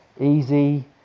easy